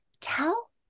Tell